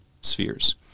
spheres